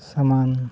ᱥᱟᱢᱟᱱ